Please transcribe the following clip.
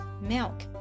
milk